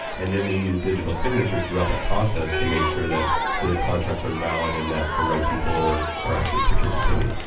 and then we use digital signatures throughout that process to make sure that the contracts are valid and that the right people are are actually participating.